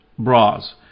Bras